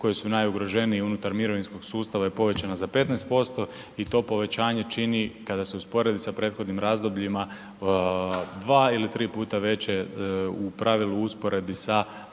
koji su najugroženiji unutar mirovinskog sustava je povećana za 15% i to povećanje čini, kada se usporedi sa prethodnim razdobljima, dva ili tri puta veće u pravilu u usporedbi sa